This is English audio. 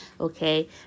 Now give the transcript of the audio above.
okay